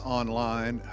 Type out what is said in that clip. online